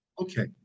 Okay